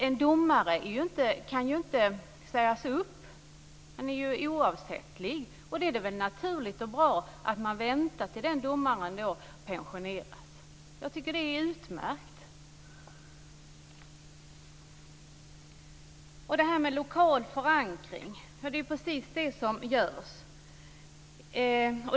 En domare kan ju inte sägas upp. Han är oavsättlig. Då är det väl naturligt och bra att man väntar tills den domaren pensioneras. Jag tycker att det är utmärkt. Sedan har vi detta med lokal förankring. Det är precis det som sker.